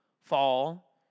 fall